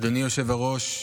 אדוני היושב-ראש,